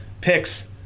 Picks